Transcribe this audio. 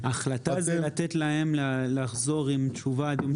אתם --- ההחלטה זה לתת להם לחזור עם תשובה עד יום שני?